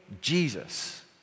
Jesus